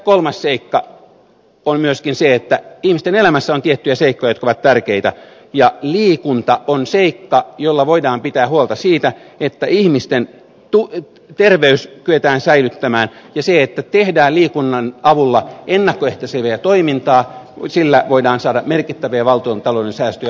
kolmas seikka on myöskin se että ihmisten elämässä on tiettyjä seikkoja jotka ovat tärkeitä ja liikunta on seikka jolla voidaan pitää huolta siitä että ihmisten terveys kyetään säilyttämään ja sillä että tehdään liikunnan avulla ennalta ehkäisevää toimintaa voidaan saada merkittäviä valtiontalouden säästöjä aikaiseksi